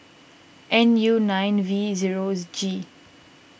N U nine V zeros G